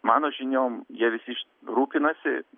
mano žiniom jie visi rūpinasi